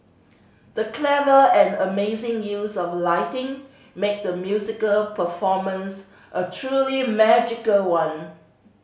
the clever and amazing use of lighting made the musical performance a truly magical one